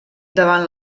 davant